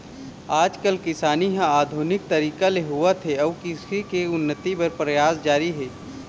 आज किसानी ह आधुनिक तरीका ले होवत हे अउ कृषि के उन्नति बर परयास जारी हे